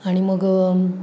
आणि मग